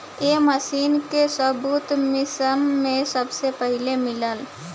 ए machine के सबूत मिस्र में सबसे पहिले मिलल